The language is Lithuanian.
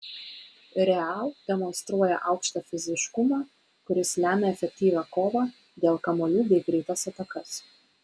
real demonstruoja aukštą fiziškumą kuris lemia efektyvią kovą dėl kamuolių bei greitas atakas